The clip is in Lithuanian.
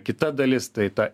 kita dalis tai ta